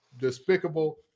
Despicable